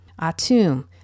Atum